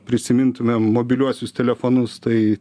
prisimintume mobiliuosius telefonus tai